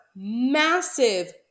massive